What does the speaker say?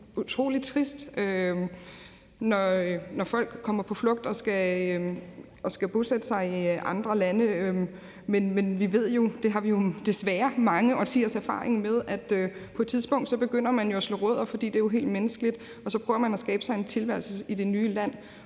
Det er utrolig trist, når folk kommer på flugt og skal bosætte sig i andre lande. Men vi ved jo – det har vi desværre mange årtiers erfaring med – at på et tidspunkt begynder man at slå rødder, for det er helt menneskeligt, og så prøver man at skabe sig en tilværelse i det nye land.